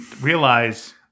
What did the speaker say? realize